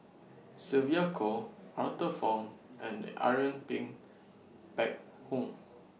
Sylvia Kho Arthur Fong and Irene Phek Hoong